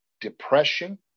depression